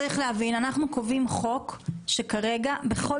צריך להבין שאנחנו קובעים חוק כאשר כרגע בכל